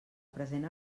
present